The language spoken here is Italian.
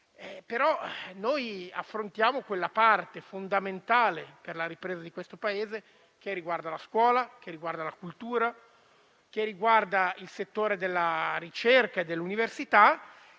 però noi affrontiamo quella parte fondamentale per la ripresa di questo Paese che riguarda la scuola, la cultura, il settore della ricerca e dell'università